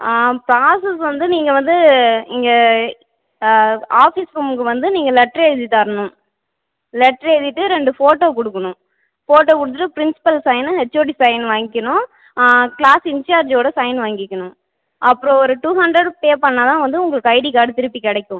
process வந்து நீங்கள் வந்து இங்கே ஆஃபீஸ் ரூம்க்கு வந்து நீங்கள் லெட்ரு எழுதி தரணும் லெட்ரு எழுதிகிட்டு ரெண்டு ஃபோட்டோ கொடுக்கணும் ஃபோட்டோ கொடுத்துட்டு பிரின்ஸ்பல் சைனு ஹெச்ஓடி சைனு வாங்கிக்கணும் க்ளாஸ் இன்சார்ஜோட சைன் வாங்கிக்கணும் அப்புறம் ஒரு டூ ஹண்ட்ரட் பே பண்ணால் தான் வந்து உங்களுக்கு ஐடி கார்ட் திருப்பி கிடைக்கும்